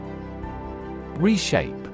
Reshape